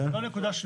ועוד נקודה,